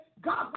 God